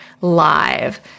live